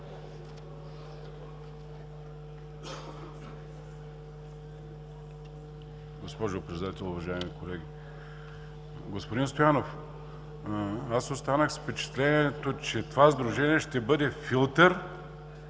Госпожо Председател, уважаеми колеги! Господин Стоянов, аз останах с впечатлението, че това сдружение ще бъде филтър